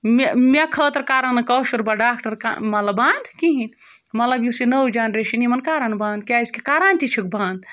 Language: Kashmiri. مےٚ مےٚ خٲطرٕ کَرٕہَن نہٕ کٲشُر بَتہٕ ڈاکٹر مطلب بنٛد کِہیٖنۍ مطلب یُس یہِ نٔو جَنریشَن یِمَن کَرن بنٛد کیٛازِکہِ کَران تہِ چھِکھ بَنٛد